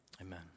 Amen